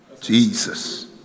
Jesus